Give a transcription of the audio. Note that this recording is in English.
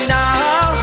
now